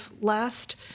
last